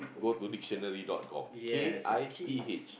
go to dictionary dot com K I T H